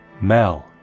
Mel